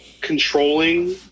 controlling